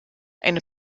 eine